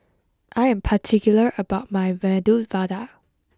I am particular about my Medu Vada